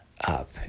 up